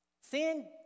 Sin